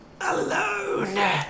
alone